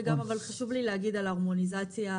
ובנוסף לשר הבריאות יש אופציה להארכה של תשעה חודשים נוספים.